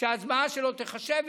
ההצבעה שלו תיחשב,